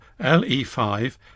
LE5